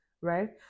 right